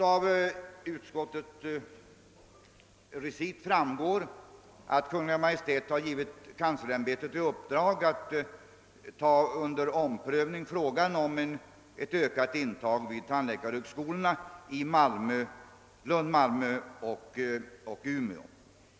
Av utskottsutlåtandets recit framgår att Kungl. Maj:t har givit kanslersämbetet i uppdrag att ta under omprövning frågan om ökad intagning vid tandläkarhögskolorna i Lund, Malmö och Umeå.